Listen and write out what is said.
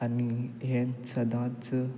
आनी तेंच सदांच